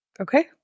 Okay